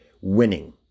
winning